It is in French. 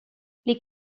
les